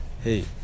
hey